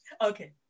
Okay